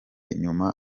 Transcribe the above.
inyuma